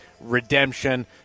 redemption